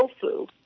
tofu